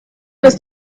ist